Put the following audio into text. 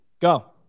Go